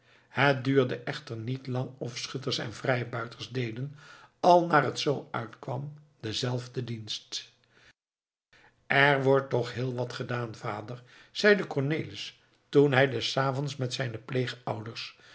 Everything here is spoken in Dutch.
het duurde echter niet lang of schutters en vrijbuiters deden al naar het zoo uitkwam denzelfden dienst er wordt toch heel wat gedaan vader zeide cornelis toen hij des avonds met zijne pleegouders